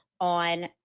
on